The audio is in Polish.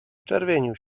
zaczerwienił